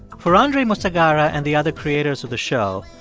for andre musagara and the other creators of the show,